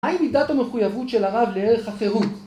מהי מידת המחויבות של הרב לערך החירות?